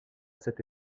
cette